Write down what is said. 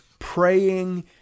praying